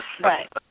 Right